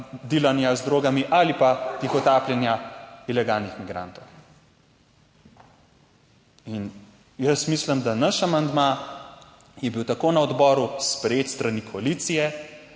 dilanja z drogami ali pa tihotapljenja ilegalnih migrantov. In jaz mislim, da naš amandma je bil tako na odboru sprejet s strani koalicije,